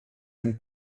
ein